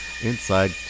inside